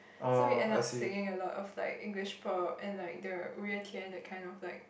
so we end up singing a lot of like English prop and like the Wu-Yue-Tian that kind of like